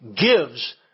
gives